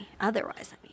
Otherwise